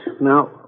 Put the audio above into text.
Now